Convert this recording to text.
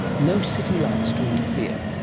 no city lights to interfere,